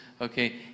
Okay